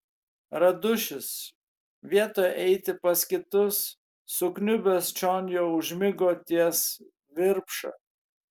radušis vietoje eiti pas kitus sukniubęs čion jau užmigo ties virpša